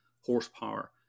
horsepower